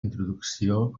introducció